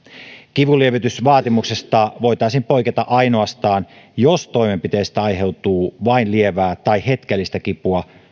kivunlievitysvaatimuksesta voitaisiin poiketa ainoastaan jos toimenpiteestä aiheutuu vain lievää tai hetkellistä kipua